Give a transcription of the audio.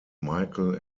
michael